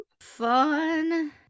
Fun